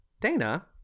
dana